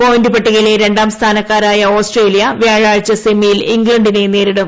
point പട്ടികയിലെ രണ്ടാം സ്ഥാനക്കാരായ ഓസ്ട്രേലിയ വ്യാഴാഴ്ച സെമിയിൽ ഇംഗ്ലണ്ടിനെ നേരിടും